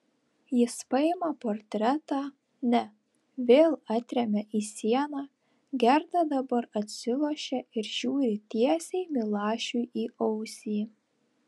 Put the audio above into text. jis paima portretą ne vėl atremia į sieną gerda dabar atsilošia ir žiūri tiesiai milašiui į ausį